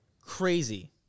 crazy